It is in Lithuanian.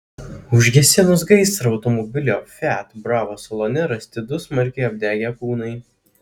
užgesinus gaisrą automobilio fiat bravo salone rasti du smarkiai apdegę kūnai